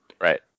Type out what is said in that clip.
right